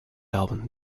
album